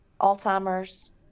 Alzheimer's